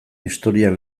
historian